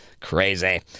crazy